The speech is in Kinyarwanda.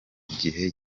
gihe